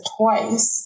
twice